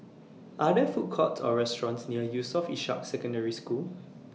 Are There Food Courts Or restaurants near Yusof Ishak Secondary School